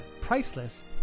priceless